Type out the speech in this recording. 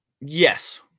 Yes